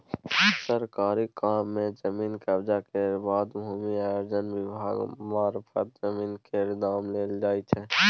सरकारी काम मे जमीन कब्जा केर बाद भू अर्जन विभाग मारफत जमीन केर दाम देल जाइ छै